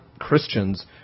Christians